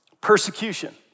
Persecution